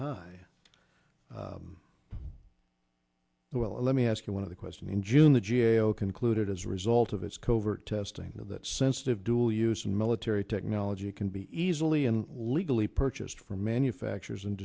high well let me ask you one of the question in june the g a o concluded as a result of its covert testing of that sensitive dual use in military technology can be easily and legally purchased from manufacturers and